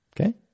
Okay